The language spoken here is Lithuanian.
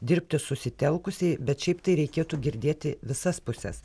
dirbti susitelkusiai bet šiaip tai reikėtų girdėti visas puses